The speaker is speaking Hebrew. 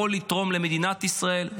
יכול לתרום למדינת ישראל,